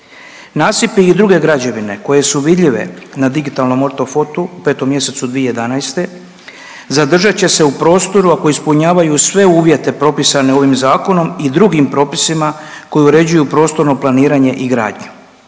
Nasipi i druge građevine koje su vidljive na digitalnom ortofotu u 5. mjesecu 2011. zadržat će se u prostoru ako ispunjavaju sve uvjete propisane ovim zakonom i drugim propisima koji uređuju prostorno planiranje i gradnju.